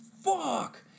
fuck